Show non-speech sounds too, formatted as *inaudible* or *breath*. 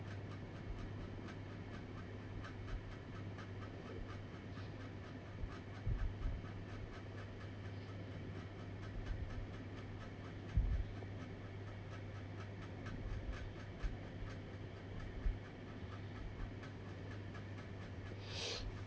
*breath*